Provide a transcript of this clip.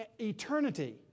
eternity